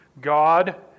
God